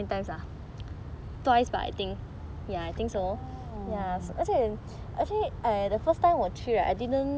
orh